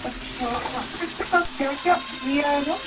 اچھا اور سر اِس کے ساتھ کیا کیا فری آئے گا